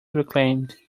reclaimed